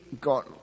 God